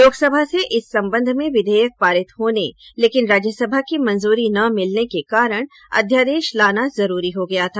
लोकसभा से इस सम्बन्ध में विधेयक पारित होने लेकिन राज्यसभा की मंजूरी न मिलने के कारण अध्यादेश लाना जरूरी हो गया था